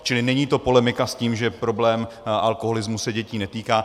Čili není to polemika s tím, že problém alkoholismu se dětí netýká.